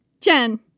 Jen